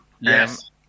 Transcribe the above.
Yes